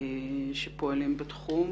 שעוסקים בתחום.